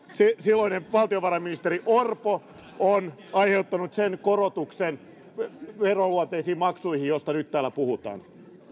silloinen valtiovarainministeri orpo on aiheuttanut sen korotuksen veronluonteisiin maksuihin josta nyt täällä puhutaan